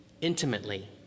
intimately